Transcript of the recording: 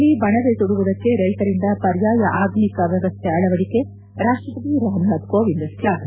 ಪರಿಯಾಣದಲ್ಲಿ ಬಣವೆ ಸುಡುವುದಕ್ಕೆ ರೈಶರಿಂದ ಪರ್ಯಾಯ ಆಧುನಿಕ ವ್ಯವಸ್ಥೆ ಅಳವಡಿಕೆ ರಾಷ್ಷಪತಿ ರಾಮನಾಥ್ ಕೋವಿಂದ್ ಶ್ಲಾಫನೆ